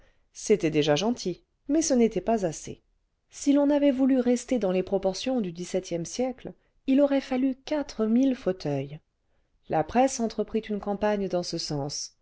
c'était déjà gentil mais ce n'était pas assez si l'on avait voulu rester dans les proportions du dix-septième siècle il aurait fallu quatre mille fauteuils la presse entrejirit une campagne dans ce sens